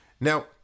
Now